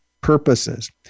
purposes